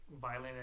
violent